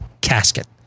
casket